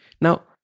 Now